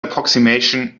approximation